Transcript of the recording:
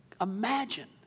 Imagine